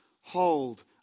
hold